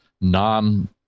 non